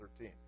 13